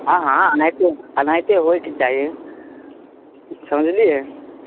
हॅं हॅं एनाहिते एनाहिते होइके चाही समझलियै